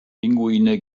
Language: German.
pinguine